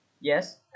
yes